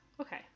Okay